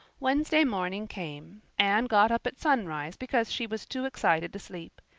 wednesday morning came. anne got up at sunrise because she was too excited to sleep.